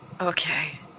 Okay